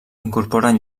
incorporen